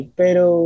pero